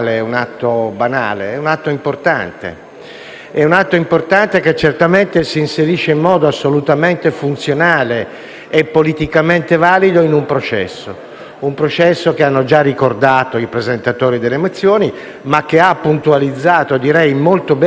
È un atto importante che, certamente, si inserisce in modo funzionale e politicamente valido in un processo, che hanno già ricordato i presentatori delle mozioni ma che ha puntualizzato, molto bene e rigorosamente, il sottosegretario Pizzetti.